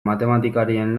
matematikarien